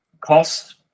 cost